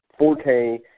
4K